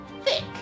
thick